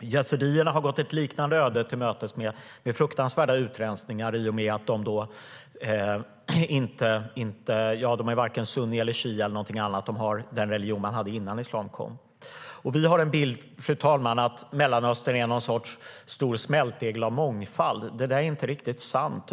Yazidierna har gått ett liknande öde till mötes med fruktansvärda utrensningar i och med att de varken är sunni, shia eller något annat. De har den religion som man hade innan islam kom. Fru talman! Vi har en bild av att Mellanöstern är någon sorts stor smältdegel av mångfald. Det är inte riktigt sant.